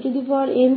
कुछ नहीं बल्कि n